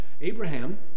Abraham